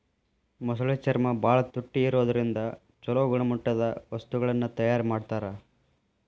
ಮೊಸಳೆ ಚರ್ಮ ಬಾಳ ತುಟ್ಟಿ ಇರೋದ್ರಿಂದ ಚೊಲೋ ಗುಣಮಟ್ಟದ ವಸ್ತುಗಳನ್ನ ತಯಾರ್ ಮಾಡ್ತಾರ